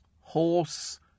horse